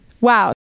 Wow